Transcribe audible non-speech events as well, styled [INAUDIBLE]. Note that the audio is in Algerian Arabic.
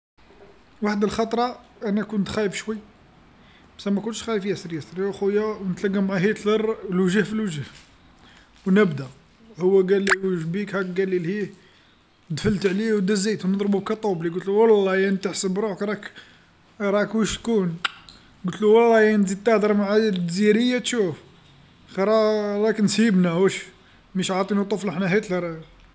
وحد الخطره أنا كنت خايف شوي، بصح ما كنتش خايف ياسر ياسر، يا خويا نتلاقى مع هتلر الوجه في الوجه، ونبدا هو قالي واش بيك هاك قالي لهيه، دفلت عليه ودزيت نضربو [UNINTELLIGIBLE] قلتلو والله يا تحسب روحك راك راك وشكون، قلتلو والله تزيد تهدر معايا الدزيريه تشوف، خاطر راك نسيبنا وش، مش عاطينو طفلة حنا هتلر.